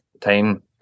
time